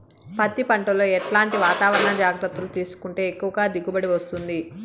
పత్తి పంట లో ఎట్లాంటి వాతావరణ జాగ్రత్తలు తీసుకుంటే ఎక్కువగా దిగుబడి వస్తుంది?